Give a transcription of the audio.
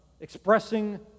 expressing